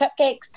cupcakes